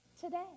today